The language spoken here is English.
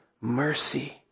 mercy